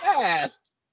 fast